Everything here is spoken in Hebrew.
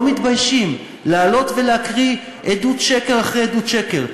לא מתביישים לעלות ולהקריא עדות שקר אחרי עדות שקר.